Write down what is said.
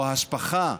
או ההספחה,